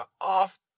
off